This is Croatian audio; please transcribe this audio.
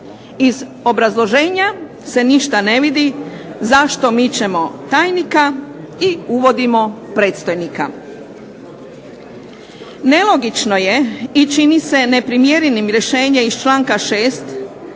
Iz obrazloženja se ništa ne vidi zašto mičemo tajnika i uvodimo predstojnika. Nelogično je i čini se neprimjerenim rješenje iz članka 6.,